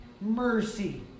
mercy